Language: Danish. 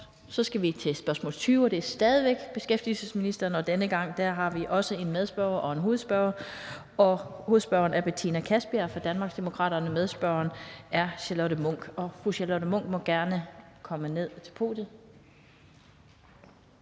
Så skal vi til spørgsmål nr. 20, og det er stadig væk til beskæftigelsesministeren. Denne gang har vi også en medspørger og en hovedspørger. Hovedspørgeren er fru Betina Kastbjerg fra Danmarksdemokraterne, og medspørgeren er fru Charlotte Munch. Kl. 15:27 Spm. nr. S 99